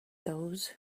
those